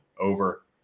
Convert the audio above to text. over